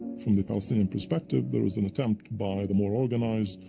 from the palestinian perspective, there was an attempt by the more organized,